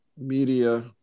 media